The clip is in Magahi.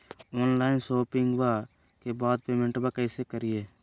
ऑनलाइन शोपिंग्बा के बाद पेमेंटबा कैसे करीय?